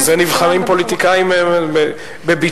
לזה נבחרים פוליטיקאים, גם לביצוע.